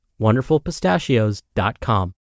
wonderfulpistachios.com